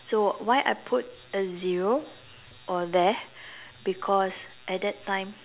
so why I put a zero over there because at that time